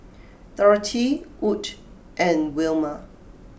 Dorothea Wood and Wilma